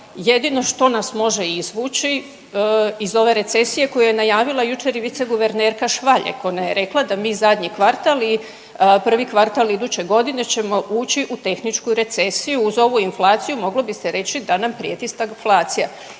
jedino što nas može izvući iz ove recesije koju je najavila jučer i viceguvernerka Švaljek ona je rekla da mi zadnji kvartal i prvi kvartal iduće godine ćemo ući u tehničku recesiju uz ovu inflaciju moglo bi se reći da nam prijeti stagflacija.